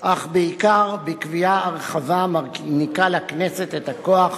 אך בעיקר בקביעה הרחבה המעניקה לכנסת את הכוח